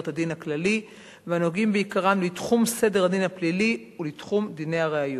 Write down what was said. הדין הכללי הנוגעים בעיקרם לתחום סדר הדין הפלילי ולתחום דיני הראיות.